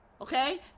okay